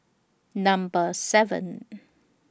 Number seven